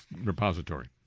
repository